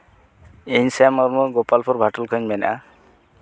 ᱤᱧ ᱥᱮᱢ ᱢᱩᱨᱢᱩ ᱜᱳᱯᱟᱞᱯᱩᱨ ᱵᱷᱟᱴᱳᱞ ᱠᱷᱚᱡ ᱤᱧ ᱢᱮᱱᱮᱫᱼᱟ